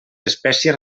espècies